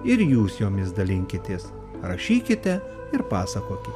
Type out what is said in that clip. ir jūs jomis dalinkitės rašykite ir pasakokit